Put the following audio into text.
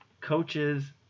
coaches